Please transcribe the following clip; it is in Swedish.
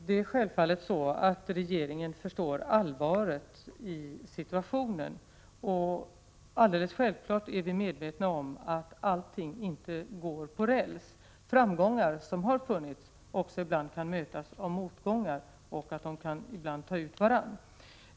Herr talman! Regeringen förstår självfallet allvaret i situationen och är fullt medveten om att allting inte går på räls. Tidigare framgångar kan ibland mötas av motgångar, och ibland tar de ut varandra.